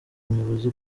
muyobozi